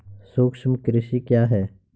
सूक्ष्म कृषि क्या है?